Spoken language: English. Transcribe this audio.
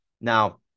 Now